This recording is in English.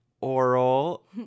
oral